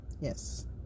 Yes